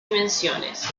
dimensiones